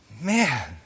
Man